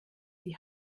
die